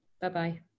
Bye-bye